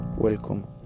Welcome